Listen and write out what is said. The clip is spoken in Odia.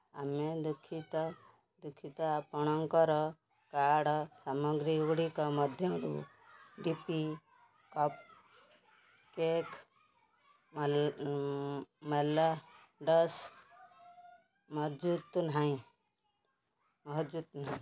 ଆମେ ଦୁଃଖିତ ଦୁଃଖିତ ଆପଣଙ୍କର କାର୍ଟ୍ ସାମଗ୍ରୀଗୁଡ଼ିକ ମଧ୍ୟରୁ D P cup cake moulds ମହଜୁଦ ନାହିଁ